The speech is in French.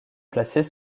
placés